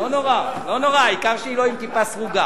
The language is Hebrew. לא נורא, לא נורא, העיקר שהיא לא עם כיפה סרוגה.